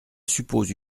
suppose